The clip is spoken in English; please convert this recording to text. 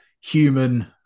human